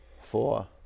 Four